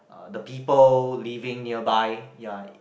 uh the people living nearby ya